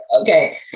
Okay